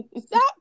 stop